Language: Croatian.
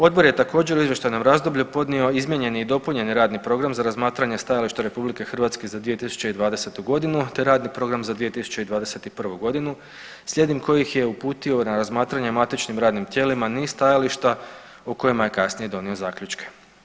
Odbor je također u izvještajnom razdoblju podnio izmijenjeni i dopunjeni radni program za razmatranje stajališta RH za 2020.g., te radni program za 2021.g., slijedom kojih je uputio na razmatranje matičnim radnim tijelima niz stajališta o kojima je kasnije donio zaključke.